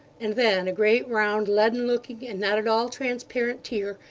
and then a great, round, leaden-looking, and not at all transparent tear,